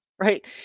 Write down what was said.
right